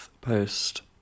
post